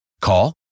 Call